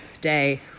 day